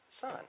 Son